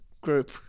group